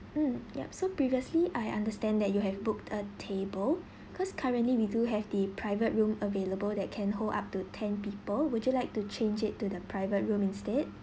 mm yup so previously I understand that you have booked a table cause currently we do have the private room available that can hold up to ten people would you like to change it to the private room instead